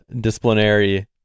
disciplinary